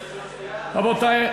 רבותי,